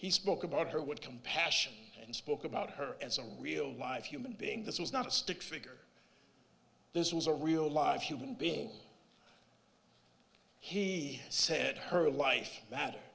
he spoke about her with compassion and spoke about her and some real live human being this was not a stick figure this was a real live human being he said her life